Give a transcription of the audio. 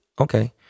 okay